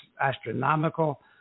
astronomical